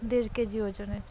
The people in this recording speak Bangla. দেড় কেজি ওজনের